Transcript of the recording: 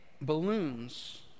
balloons